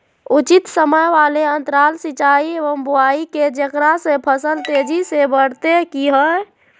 उचित समय वाले अंतराल सिंचाई एवं बुआई के जेकरा से फसल तेजी से बढ़तै कि हेय?